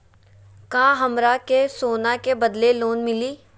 का हमरा के सोना के बदले लोन मिलि?